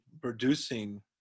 producing